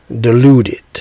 deluded